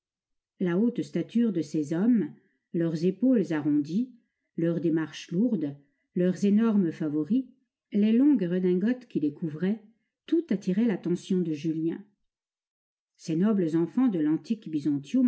la haute stature de ces hommes leurs épaules arrondies leur démarche lourde leurs énormes favoris les longues redingotes qui les couvraient tout attirait l'attention de julien ces nobles enfants de l'antique